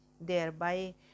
thereby